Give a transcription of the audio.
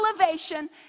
elevation